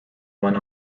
went